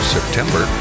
September